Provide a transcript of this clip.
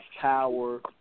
power